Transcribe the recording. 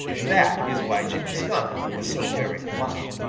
that is why jimmy skunk was so very polite.